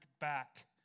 back